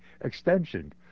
extension